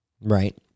right